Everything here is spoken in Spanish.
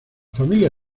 familia